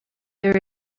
there